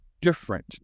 different